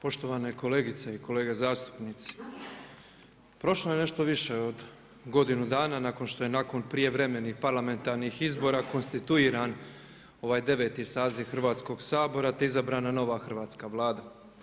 Poštovane kolegice i kolege zastupnici, prošlo je nešto više od godinu dana nakon što je nakon prijevremenih parlamentarnih izbora konstituiran ovaj deveti saziv Hrvatskog sabora te izabrana nova hrvatska Vlada.